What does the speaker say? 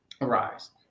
arise